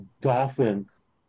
Dolphins